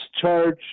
charge